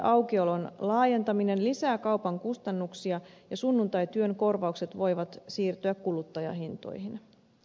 sunnuntaiaukiolon laajentaminen lisää kaupan kustannuksia ja sunnuntaityön korvaukset voivat siirtyä kuluttajahintoihin